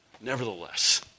Nevertheless